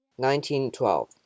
1912